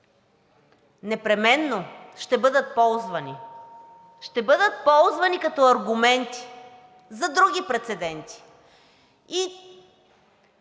непременно ще бъдат ползвани. Ще бъдат ползвани като аргументи за други прецеденти –